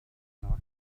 nacht